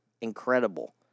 incredible